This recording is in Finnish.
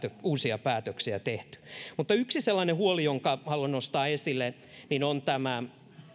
uusia päätöksiä tehty mutta yksi sellainen huoli jonka haluan nostaa esille on tämä